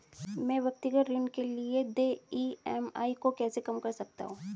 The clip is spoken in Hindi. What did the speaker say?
मैं व्यक्तिगत ऋण के लिए देय ई.एम.आई को कैसे कम कर सकता हूँ?